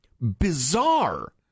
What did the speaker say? bizarre